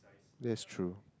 this is true